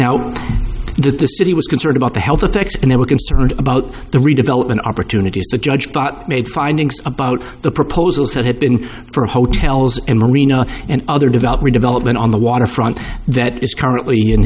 that the city was concerned about the health effects and they were concerned about the redevelopment opportunities the judge but made findings about the proposals that had been for hotels in marina and other developed redevelopment on the waterfront that is currently in